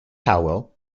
howell